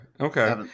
Okay